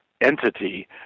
entity